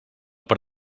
per